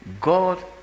God